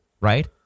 right